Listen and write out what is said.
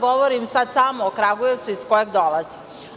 Govoriću sad samo o Kragujevcu iz kojeg dolazim.